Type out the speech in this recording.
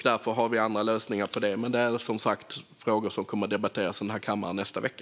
Därför har vi andra lösningar för det. Men det är som sagt frågor som kommer att debatteras i den här kammaren nästa vecka.